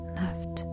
left